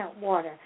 water